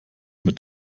mit